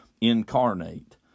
incarnate